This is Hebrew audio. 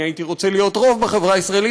אני הייתי רוצה להיות רוב בחברה הישראלית,